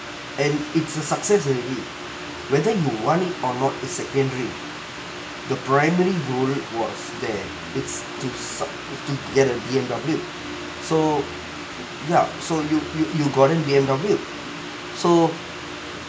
and it's a success already whether you want it or not is second dream the primary goal was there it's to suc~ to get a B_M_W so ya so you you you got an B_M_W so